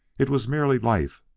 it was merely life,